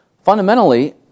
Fundamentally